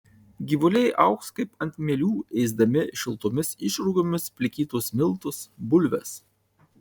gyvuliai augs kaip ant mielių ėsdami šiltomis išrūgomis plikytus miltus bulves